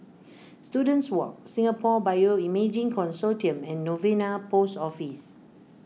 Students Walk Singapore Bioimaging Consortium and Novena Post Office